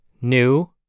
new